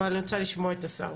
אבל אני רוצה לשמוע את השר.